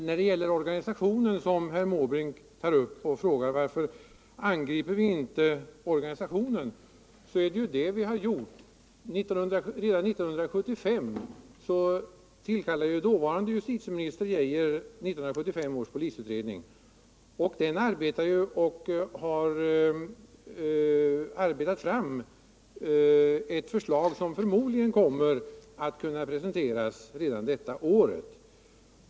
Herr talman! Bertil Måbrink tar upp frågan om organisationen och undrar varför vi inte angriper denna, men det är ju det vi har gjort. Redan år 1975 tillkallade dåvarande justitieministern Lennart Geijer den utredning på området som fick namnet 1975 års polisutredning. Denna har arbetat fram ett förslag som förmodligen kommer att kunna presenteras redan detta År.